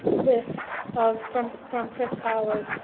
list of from from chris collier.